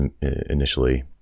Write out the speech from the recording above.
initially